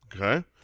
Okay